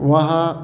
उहाँ